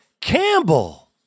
Campbell